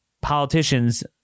politicians